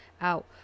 out